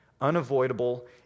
Unavoidable